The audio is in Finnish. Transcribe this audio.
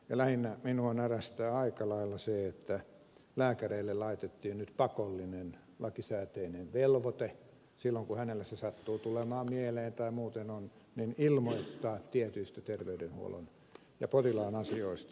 lähinnä minua närästää aika lailla se että lääkäreille laitettiin nyt pakollinen lakisääteinen velvoite silloin kun se sattuu tulemaan mieleen tai muuten ilmoittaa tietyistä terveydenhuollon ja potilaan asioista poliisille